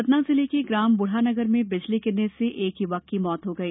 सतना जिले के ग्राम बुढ़ागर में बिजली गिरने से एक युवक की मौत हो गई